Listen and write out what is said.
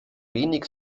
wenig